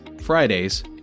Fridays